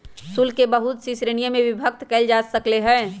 शुल्क के बहुत सी श्रीणिय में विभक्त कइल जा सकले है